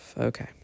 okay